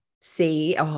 see